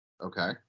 Okay